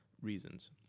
reasons